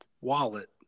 wallet